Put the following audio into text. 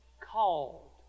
Called